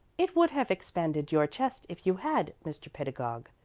it would have expanded your chest if you had, mr. pedagog,